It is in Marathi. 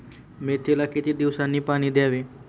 मेथीला किती दिवसांनी पाणी द्यावे?